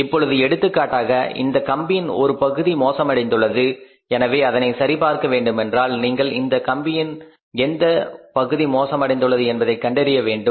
இப்பொழுது எடுத்துக்காட்டாக இந்த கம்பியில் இந்த பகுதி மோசமடைந்துள்ளது எனவே அதனை சரி பார்க்க வேண்டுமென்றால் நீங்கள் இந்த கம்பியின் எந்த பகுதி மோசமடைந்துள்ளது என்பதை கண்டறிய வேண்டும்